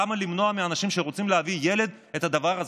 למה למנוע מאנשים שרוצים להביא ילד את הדבר הזה?